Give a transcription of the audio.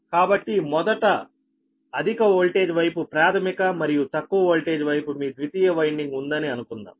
కాబట్టి మొదట అధిక వోల్టేజ్ వైపు ప్రాధమిక మరియు తక్కువ వోల్టేజ్ వైపు మీ ద్వితీయ వైండింగ్ ఉందని అనుకుందాం